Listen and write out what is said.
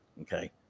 okay